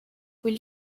will